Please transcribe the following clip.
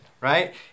right